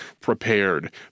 prepared